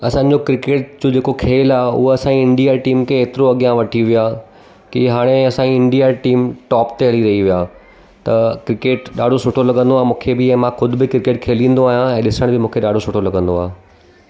असांजो क्रिकेट जो जेको खेल आहे उहो असां जी इंडिया टीम खे एतिरो अॻियां वठी वियो आहे की हाणे असां जी इंडिया टीम टॉप ते हली वई आहे त क्रिकेट ॾाढो सुठो लॻंदो आहे मूंखे बि ऐं मां ख़ुदि बि क्रिकेट खेलींदो आहियां ऐं ॾिसणु बि मूंखे ॾाढो सुठो लॻंदो आहे